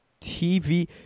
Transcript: TV